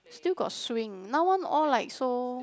still got swing now one all like so